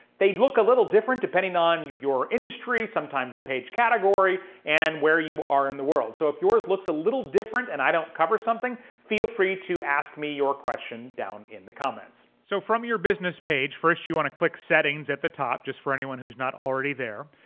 they'd look a little different depending on your industry, sometimes the page category and where you are in the world. so if yours looks a little different and i don't cover something, feel free to ask me your question down in the comments. so from your business page, first, you wanna click settings at the top, just for anyone who's not already there.